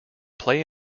play